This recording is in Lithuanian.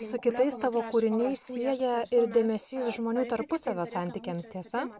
su kitais tavo kūriniai sieja ir dėmesys žmonių tarpusavio santykiams tiesa